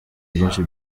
byinshi